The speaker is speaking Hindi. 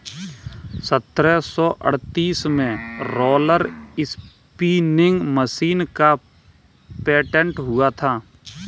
सत्रह सौ अड़तीस में रोलर स्पीनिंग मशीन का पेटेंट हुआ था